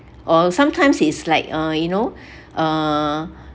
or sometimes is like uh you know err